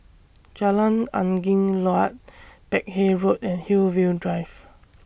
Jalan Angin Laut Peck Hay Road and Hillview Drive